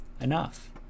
enough